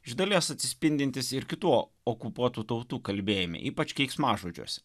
iš dalies atsispindintys ir kitų okupuotų tautų kalbėjime ypač keiksmažodžiuose